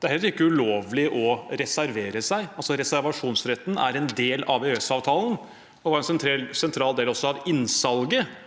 Det er heller ikke ulovlig å reservere seg. Reservasjonsretten er altså en del av EØSavtalen og var også en sentral del av innsalget